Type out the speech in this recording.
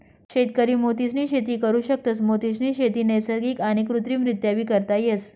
शेतकरी मोतीसनी शेती करु शकतस, मोतीसनी शेती नैसर्गिक आणि कृत्रिमरीत्याबी करता येस